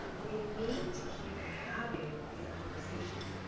we need to keep having these conversations.